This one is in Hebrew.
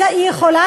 איך יכול להיות?